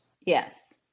Yes